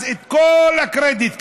אז את כל הקרדיט קח,